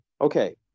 Okay